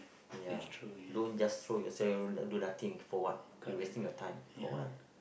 ya don't just throw yourself do nothing for what you wasting the time for what